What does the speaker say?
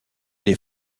est